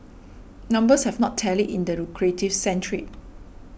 numbers have not tallied in the lucrative sand trade